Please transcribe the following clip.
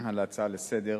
על ההצעה לסדר-היום.